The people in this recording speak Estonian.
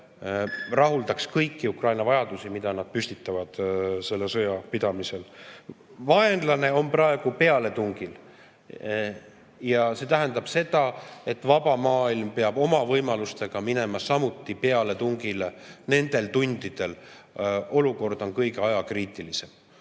rahuldaks kõik Ukraina vajadused, mis neil tekivad selle sõja pidamisel. Vaenlane on praegu pealetungil. See tähendab seda, et vaba maailm peab oma võimalustega minema samuti pealetungile juba nendel tundidel. Olukord on väga ajakriitiline.